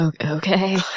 Okay